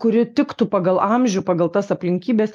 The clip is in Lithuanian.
kuri tiktų pagal amžių pagal tas aplinkybes